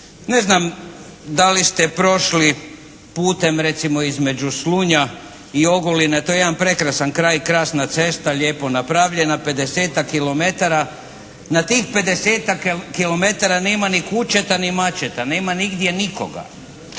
Ne znam da li ste prošli putem recimo između Slunja i Ogulina, to je jedan prekrasan kraj, krasna cesta lijepo napravljena, 50-tak kilometara. Na tih 50-tak kilometara nema ni kučeta ni mačeta, nema nigdje nikoga.